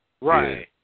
Right